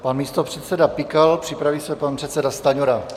Pan místopředseda Pikal, připraví se pan předseda Stanjura.